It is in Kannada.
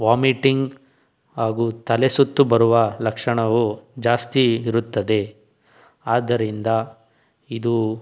ವಾಮಿಟಿಂಗ್ ಹಾಗು ತಲೆಸುತ್ತು ಬರುವ ಲಕ್ಷಣವು ಜಾಸ್ತಿ ಇರುತ್ತದೆ ಆದ್ದರಿಂದ ಇದು